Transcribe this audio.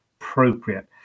appropriate